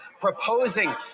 proposing